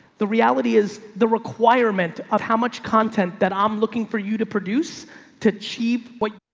the reality is the requirement of how much content that i'm looking for you to produce to achieve. but